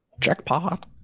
Jackpot